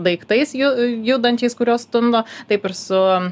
daiktais ju judančiais kuriuos stumdo taip ir su